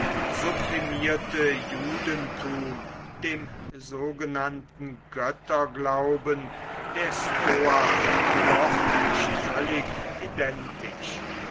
dies sublimierte judentum dem sogenannten götterglauben der stoa doch nicht völlig identisch